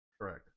Correct